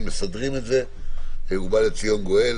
סידרו את זה ובא לציון גואל.